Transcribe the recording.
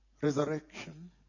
Resurrection